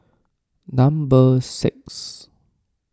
number six